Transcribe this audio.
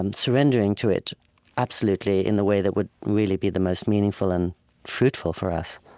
and surrendering to it absolutely in the way that would really be the most meaningful and fruitful for us